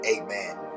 Amen